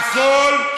הכול,